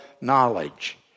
knowledge